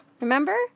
Remember